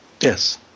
Yes